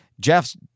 Jeff's